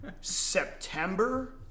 September